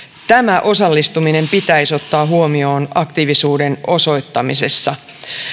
tämä osallistuminen pitäisi ottaa huomioon aktiivisuuden osoittamisessa